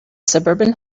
suburban